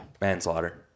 Manslaughter